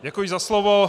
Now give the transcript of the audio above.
Děkuji za slovo.